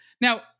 now